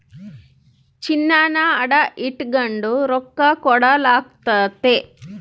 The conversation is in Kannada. ಚಿನ್ನಾನ ಅಡ ಇಟಗಂಡು ರೊಕ್ಕ ಕೊಡಲಾಗ್ತತೆ